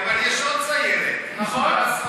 אני אומר: יש עוד סיירת, מה לעשות.